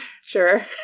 sure